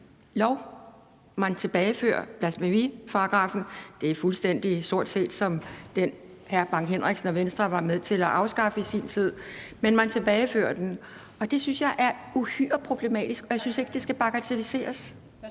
Man tilbagefører blasfemiparagraffen – det er stort set fuldstændig som den, hr. Preben Bang Henriksen og Venstre var med til at afskaffe i sin tid – og det synes jeg er uhyre problematisk, og jeg synes ikke, at det skal bagatelliseres.